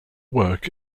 work